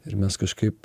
ir mes kažkaip